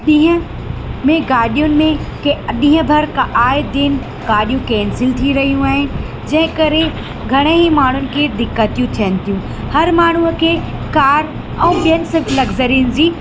ॾींहं में गाॾियुनि में कंहिं ॾींहुं भर का आहे दिन गाॾियूं कैंसिल थी रहियूं आहिनि जंहिं करे घणे ई माण्हुनि खे दिक़तियूं थियनि थियूं हर माण्हूअ के कार ऐं ॿियनि सभु लग्ज़रीस जी